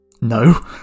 No